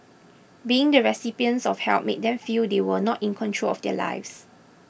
being the recipients of help made them feel they were not in control of their lives